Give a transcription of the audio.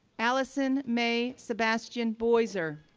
allison may sebastian buiser,